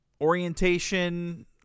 orientation